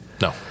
No